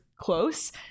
close –